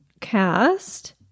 cast